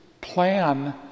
plan